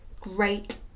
great